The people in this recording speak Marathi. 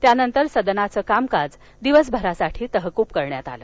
त्यानंतर सदनाचं कामकाज दिवसभरासाठी तहकूब करण्यात आलं